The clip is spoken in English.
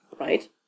Right